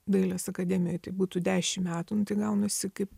dailės akademijoj būtų dešim metų gaunasi kaip